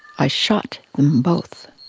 i shot them both.